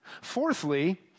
Fourthly